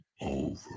over